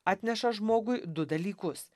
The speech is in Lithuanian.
atneša žmogui du dalykus